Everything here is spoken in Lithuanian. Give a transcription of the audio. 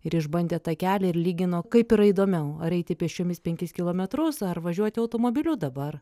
ir išbandė tą kelią ir lygino kaip yra įdomiau ar eiti pėsčiomis penkis kilometrus ar važiuoti automobiliu dabar